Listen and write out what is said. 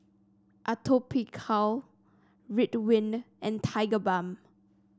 Atopiclair Ridwind and Tigerbalm